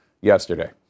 yesterday